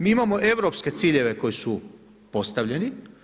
Mi imamo europske ciljeve koji su postavljeni.